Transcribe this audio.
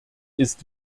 ist